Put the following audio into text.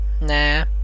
Nah